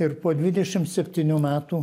ir po dvidešim septynių metų